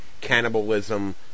cannibalism